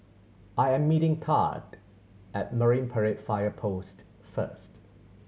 I am meeting Thad at Marine Parade Fire Post first